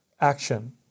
action